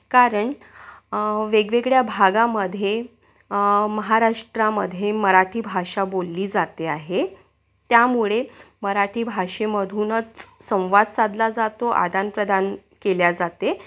कारण वेगवेगळ्या भागामध्ये महाराष्ट्रामध्ये मराठी भाषा बोलली जाते आहे त्यामुळे मराठी भाषेमधूनच संवाद साधला जातो आदानप्रदान केल्या जाते